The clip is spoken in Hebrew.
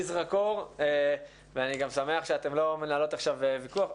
זרקור ואני גם שמח שאתם לא מנהלות עכשיו ויכוח.